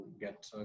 get